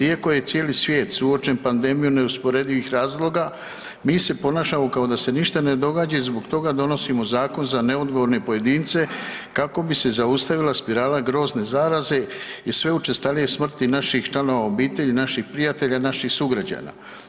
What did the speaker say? Iako je cijeli svijet suočen pandemijom neusporedivih razloga mi se ponašamo kao da se ništa ne događa i zbog toga donosimo zakon za neodgovorne pojedince kako bi se zaustavila spirala grozne zaraze i sve učestalije smrti naših članova obitelji, naših prijatelja, naših sugrađana.